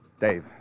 Dave